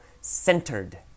centered